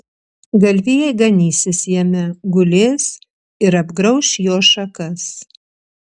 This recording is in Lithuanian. galvijai ganysis jame gulės ir apgrauš jo šakas